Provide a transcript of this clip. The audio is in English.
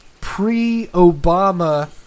pre-Obama